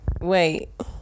Wait